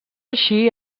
així